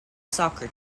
soccer